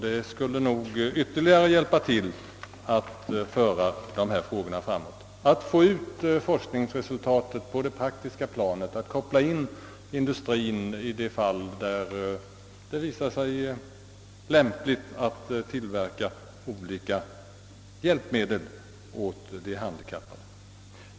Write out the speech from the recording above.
Detta skulle nog ytterligare hjälpa till att föra dessa frågor framåt, att få ut forskningsresultaten på det praktiska planet, att koppla in industrien i de fall där det visar sig lämpligt att tillverka olika hjälpmedel åt de handikappade.